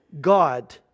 God